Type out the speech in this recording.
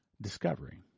discovery